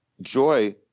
joy